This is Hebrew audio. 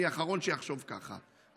אני האחרון שאחשוב ככה,